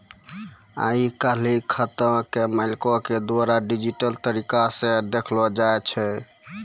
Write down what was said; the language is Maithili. आइ काल्हि खाता के मालिको के द्वारा डिजिटल तरिका से देखलो जाय छै